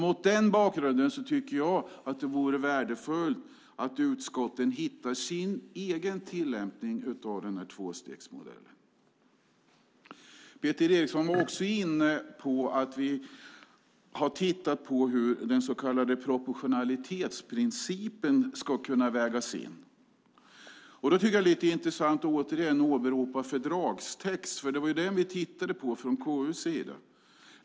Mot den bakgrunden vore det värdefullt om utskotten hittar sin egen tillämpning av tvåstegsmodellen. Peter Eriksson var också inne på att vi har tittat på hur den så kallade proportionalitetsprincipen ska kunna vägas in. Det är lite intressant att återigen åberopa fördragstext, för det var den vi tittade på från KU:s sida.